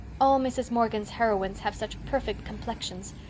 all mrs. morgan's heroines have such perfect complexions.